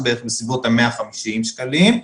בסביבות ה-150 שקלים,